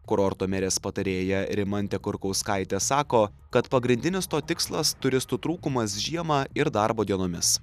kurorto merės patarėja rimantė kurkauskaitė sako kad pagrindinis to tikslas turistų trūkumas žiemą ir darbo dienomis